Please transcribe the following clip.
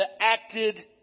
acted